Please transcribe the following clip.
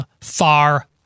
far